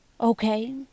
Okay